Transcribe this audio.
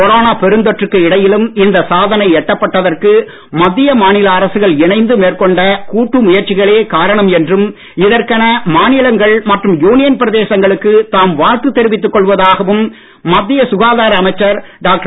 corona பெருந்தொற்றுக்கு இடையிலும் இந்த சாதனை எட்டப்பட்டதற்கு மத்திய மாநில அரசுகள் இணைந்து மேற்கொண்ட கூட்டு முயற்சிகளே காரணம் என்றும் இதற்கென மாநிலங்கள் மற்றும் யூனியன் பிரதேசங்களுக்கு தாம் வாழ்த்து தெரிவித்துக் கொள்வதாகவும் மத்திய சுகாதார அமைச்சர் டாக்டர்